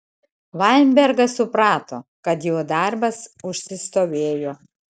vainbergas suprato kad jo darbas užsistovėjo